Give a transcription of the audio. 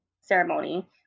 ceremony